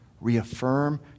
Reaffirm